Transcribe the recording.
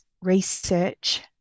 research